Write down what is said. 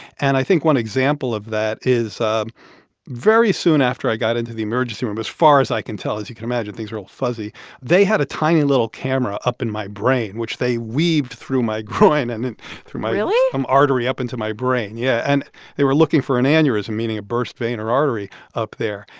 and i think one example of that is um very soon after i got into the emergency room, as far as i can tell as you can imagine, things are all fuzzy they had a tiny, little camera up in my brain, which they weaved through my groin and and through my. really. some artery up into my brain, yeah. and they were looking for an aneurysm, meaning a burst vein or artery up there.